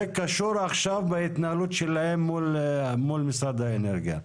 זה קשור עכשיו בהתנהלות שלהם מול משרד האנרגיה.